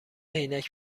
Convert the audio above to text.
عینک